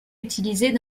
utilisée